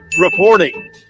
reporting